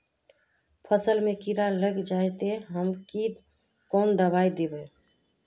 फसल में कीड़ा लग जाए ते, ते हम कौन दबाई दबे?